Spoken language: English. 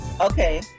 Okay